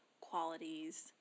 qualities